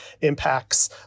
impacts